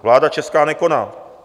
Vláda česká nekoná!